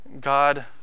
God